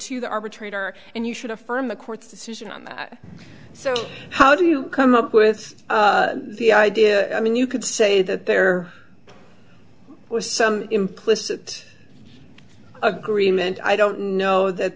to the arbitrator and you should affirm the court's decision on that so how do you come up with the idea i mean you could say that there was some implicit agreement i don't know that